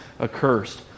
accursed